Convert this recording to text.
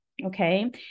Okay